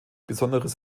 besonderes